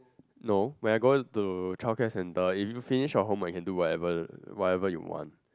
no when I go to child care center if you finish your homework you can do whatever whatever you want